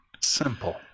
simple